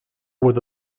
with